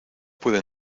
puede